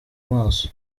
maso